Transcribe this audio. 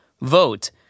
Vote